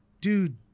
dude